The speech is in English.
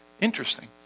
Interesting